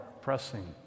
pressing